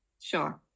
sure